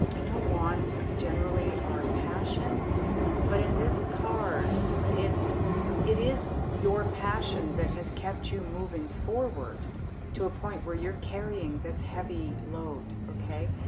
i know wands generally our passion but in this card it's it is your passion that has kept you moving forward to a point where you're carrying this heavy load. okay,